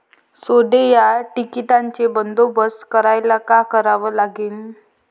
सोंडे या कीटकांचा बंदोबस्त करायले का करावं लागीन?